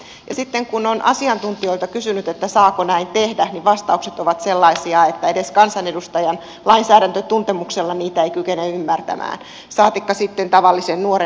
ja sitten kun on asiantuntijoilta kysynyt että saako näin tehdä niin vastaukset ovat sellaisia että edes kansanedustajan lainsäädäntötuntemuksella niitä ei kykene ymmärtämään saatikka sitten tavallisen nuoren